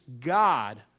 God